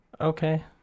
Okay